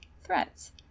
Threats